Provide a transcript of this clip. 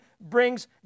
brings